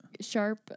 Sharp